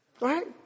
Right